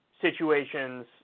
situations